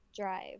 Drive